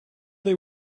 they